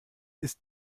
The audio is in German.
ist